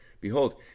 Behold